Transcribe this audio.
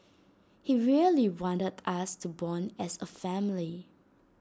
he really wanted us to Bond as A family